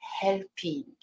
helping